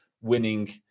winning